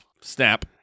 snap